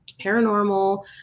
paranormal